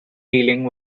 dealing